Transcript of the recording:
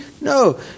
No